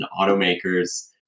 automakers